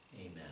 Amen